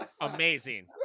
amazing